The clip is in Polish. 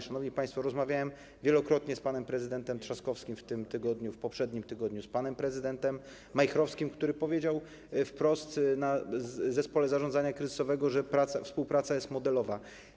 Szanowni państwo, rozmawiałem wielokrotnie z panem prezydentem Trzaskowskim w tym tygodniu, w poprzednim tygodniu, z panem prezydentem Majchrowskim, który powiedział wprost na posiedzeniu zespołu zarządzania kryzysowego, że współpraca jest modelowa.